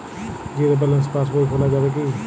Zero balance pass বই খোলা যাবে কি?